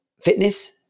fitness